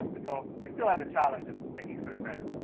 and so, we still have the challenge of making search better.